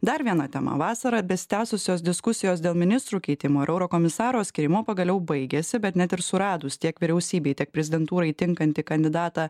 dar viena tema vasarą besitęsusios diskusijos dėl ministrų keitimo ir eurokomisaro skyrimo pagaliau baigėsi bet net ir suradus tiek vyriausybei tiek prezidentūrai tinkantį kandidatą